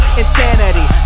insanity